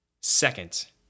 Second